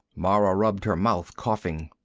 mara rubbed her mouth, coughing.